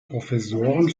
professoren